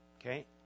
Okay